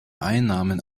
einnahmen